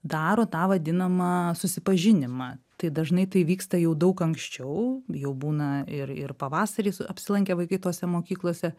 daro tą vadinamą susipažinimą tai dažnai tai vyksta jau daug anksčiau jau būna ir ir pavasarį s apsilankę vaikai tose mokyklose